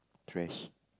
trash